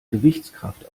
gewichtskraft